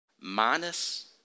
minus